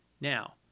Now